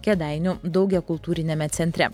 kėdainių daugiakultūriname centre